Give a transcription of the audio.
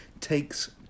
takes